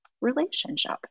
relationship